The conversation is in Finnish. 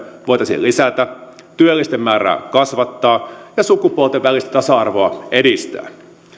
voitaisiin lisätä työllisten määrää kasvattaa ja sukupuolten välistä tasa arvoa edistää